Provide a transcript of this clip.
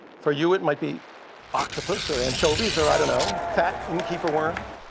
for you, it might be octopus or anchovies or, i don't know, fat innkeeper worms.